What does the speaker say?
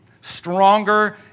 Stronger